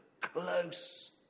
close